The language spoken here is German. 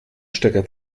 stecker